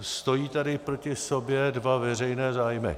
Stojí tady proti sobě dva veřejné zájmy.